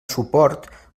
suport